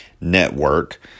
Network